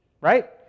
right